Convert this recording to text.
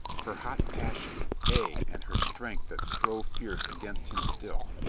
her hot passion, ay and her strength that strove fierce against him still,